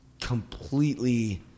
completely